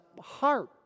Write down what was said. heart